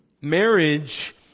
Marriage